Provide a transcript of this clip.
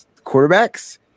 quarterbacks